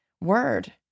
word